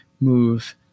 move